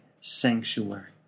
sanctuary